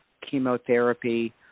chemotherapy